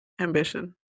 ambition